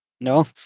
No